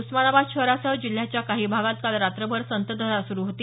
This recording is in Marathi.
उस्मानाबाद शहरासह जिल्ह्याच्या काही भागात काल रात्रभर संततधार सुरू होती